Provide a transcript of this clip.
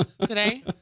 today